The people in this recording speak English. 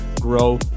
grow